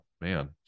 man